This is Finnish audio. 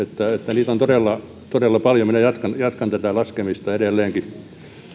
niitä on todella todella paljon minä jatkan jatkan tätä laskemista edelleenkin